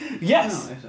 Yes